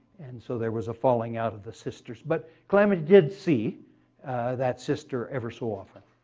and so there was a falling out of the sisters, but calamity did see that sister every so often.